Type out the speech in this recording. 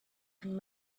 and